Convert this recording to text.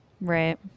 Right